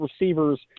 receivers